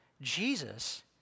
Jesus